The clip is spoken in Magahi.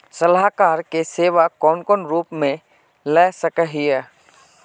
सलाहकार के सेवा कौन कौन रूप में ला सके हिये?